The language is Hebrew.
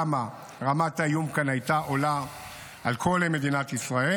כמה רמת האיום כאן הייתה עולה בכל מדינת ישראל.